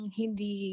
hindi